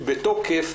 בתוקף,